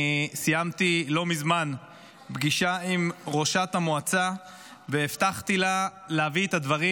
אני סיימתי לא מזמן פגישה עם ראשת המועצה והבטחתי לה להביא את הדברים